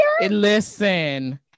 Listen